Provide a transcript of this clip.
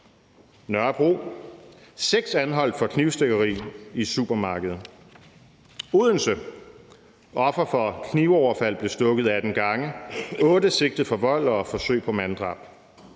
Nørrebro: »Seks anholdt for knivstikkeri i supermarked«. Odense: »Offer for knivoverfald blev stukket 18 gange: Otte sigtet for vold og forsøg på manddrab«.